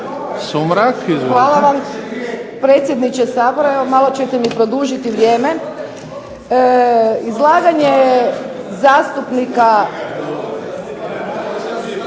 Hvala vam predsjedniče Sabora. Evo malo ćete mi produžiti vrijeme. Izlaganje zastupnika